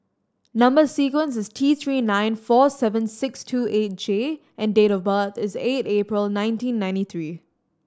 number sequence is T Three nine four seven six two eight J and date of birth is eight April nineteen ninety three